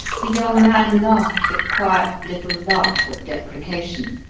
the young man laughed a quiet little laugh of deprecation,